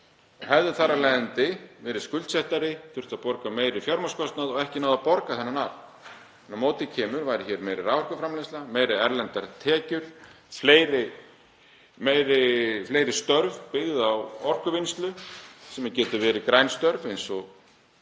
hefði þar af leiðandi verið skuldsettari, þurft að borga meiri fjármagnskostnað og ekki náð að borga þennan arð? Á móti kemur að hér væri meiri raforkuframleiðsla, meiri erlendar tekjur, fleiri störf byggð á orkuvinnslu, sem geta verið græn störf eins og